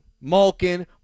Malkin